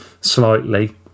slightly